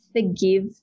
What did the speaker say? Forgive